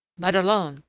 madelon!